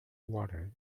water